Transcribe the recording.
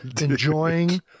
enjoying